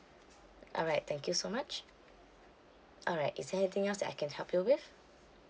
alright thank you so much alright is there anything else that I can help you with